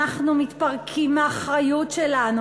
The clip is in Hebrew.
אנחנו מתפרקים מהאחריות שלנו,